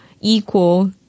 equal